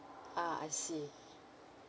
ah I see